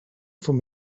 from